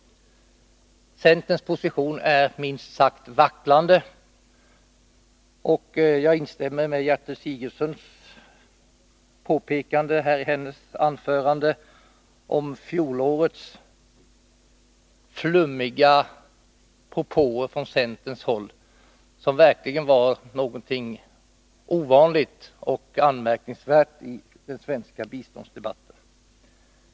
Centerns position är minst sagt vacklande, och jag instämmer i Gertrud Sigurdsens påpekande om fjolårets flummiga propåer från centern, som verkligen var någonting ovanligt och anmärkningsvärt i den svenska biståndsdebatten.